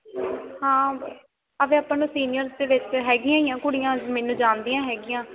ਹਾਂ ਅੱਗੇ ਆਪਾਂ ਨੂੰ ਸੀਨੀਅਰ ਦੇ ਵਿੱਚ ਹੈਗੀਆਂ ਆ ਕੁੜੀਆਂ ਮੈਨੂੰ ਜਾਣਦੀਆਂ ਹੈਗੀਆਂ